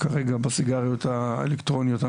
כרגע בסיגריות האלקטרוניות,